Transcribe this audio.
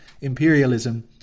imperialism